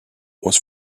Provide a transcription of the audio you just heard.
was